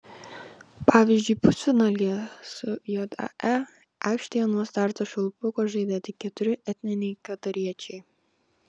pavyzdžiui pusfinalyje su jae aikštėje nuo starto švilpuko žaidė tik keturi etniniai katariečiai